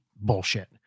bullshit